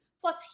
Plus